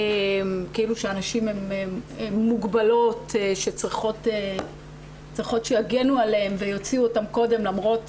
כאילו שהנשים הן מוגבלות שצריכות שיגנו עליהן ויוציאו אותן קודם למרות